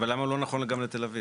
אבל למה הוא לא נכון גם לתל אביב?